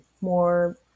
more